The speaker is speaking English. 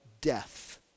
death